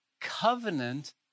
covenant